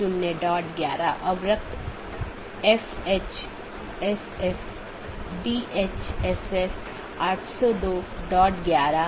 दूसरे अर्थ में यह ट्रैफिक AS पर एक लोड है